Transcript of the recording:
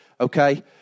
okay